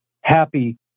happy